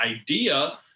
idea